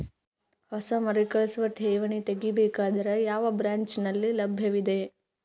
ಹೊಸ ಮರುಕಳಿಸುವ ಠೇವಣಿ ತೇಗಿ ಬೇಕಾದರ ಯಾವ ಬ್ರಾಂಚ್ ನಲ್ಲಿ ಲಭ್ಯವಿದೆ?